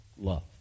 love